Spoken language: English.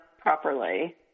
properly